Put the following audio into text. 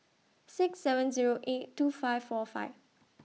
six seven Zero eight two five four five